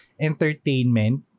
entertainment